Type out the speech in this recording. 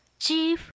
Chief